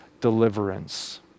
deliverance